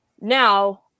Now